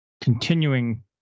continuing